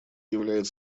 являет